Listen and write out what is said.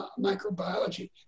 microbiology